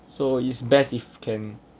so it's best if can